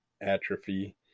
atrophy